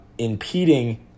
impeding